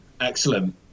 Excellent